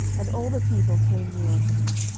and all the people came near unto him.